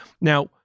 Now